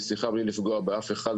בלי לפגוע באף אחד,